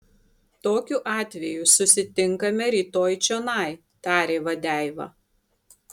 tokiu atveju susitinkame rytoj čionai tarė vadeiva